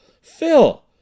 Phil